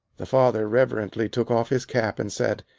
the father reverently took off his cap and said,